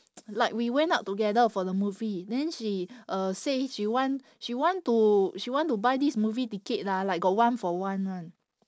like we went out together for the movie then she uh say she want she want to she want to buy this movie ticket lah like got one for one [one]